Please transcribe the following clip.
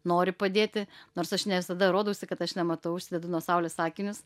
nori padėti nors aš ne visada rodausi kad aš nematau užsidedu nuo saulės akinius